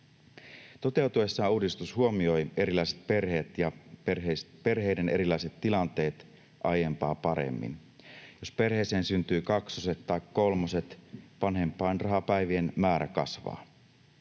Toteutuessaan uudistus huomioi erilaiset perheet ja perheiden erilaiset tilanteet aiempaa paremmin. Jos perheeseen syntyy kaksoset tai kolmoset, vanhempainrahapäivien määrä kasvaa.